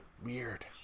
Weird